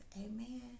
Amen